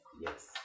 Yes